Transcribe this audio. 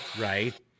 right